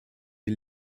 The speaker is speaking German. die